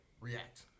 React